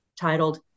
titled